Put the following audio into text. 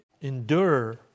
endure